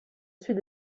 suis